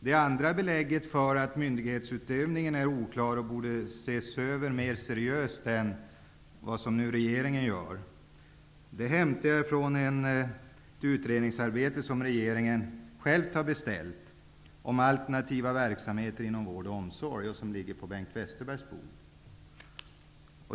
Det andra belägget för att myndighetsutövningen är oklar och borde ses över mera seriöst än regeringen gör hämtar jag från ett utredningsarbete som regeringen själv beställt om alternativa verksamheter inom vård och omsorg och som ligger på Bengt Westerbergs bord.